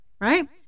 Right